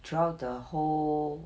throughout the whole